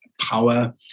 power